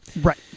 Right